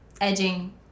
edging